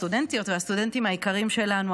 הסטודנטיות והסטודנטים היקרים שלנו,